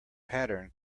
pattern